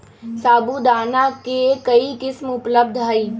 साबूदाना के कई किस्म उपलब्ध हई